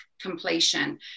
completion